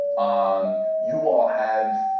um um you all have,